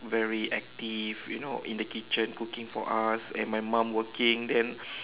very active you know in the kitchen cooking for us and my mum working then